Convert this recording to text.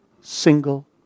single